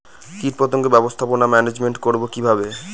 কীটপতঙ্গ ব্যবস্থাপনা ম্যানেজমেন্ট করব কিভাবে?